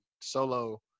solo